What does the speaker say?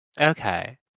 okay